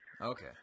Okay